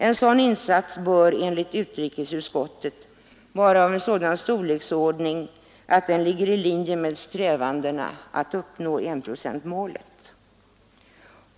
En sådan insats bör enligt utrikesutskottet vara av en sådan storleksordning att den ligger i linje med strävandena att uppnå enprocentsmålet.